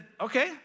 okay